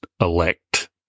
Elect